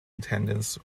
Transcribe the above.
attendance